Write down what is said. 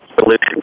solution